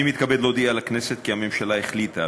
אני מתכבד להודיע לכנסת כי הממשלה החליטה,